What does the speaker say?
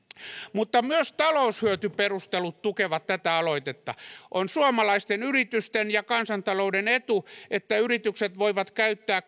mutta myös taloushyötyperustelut tukevat tätä aloitetta on suomalaisten yritysten ja kansantalouden etu että yritykset voivat käyttää